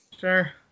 Sure